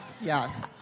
Yes